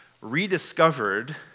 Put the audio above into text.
rediscovered